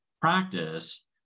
practice